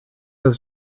was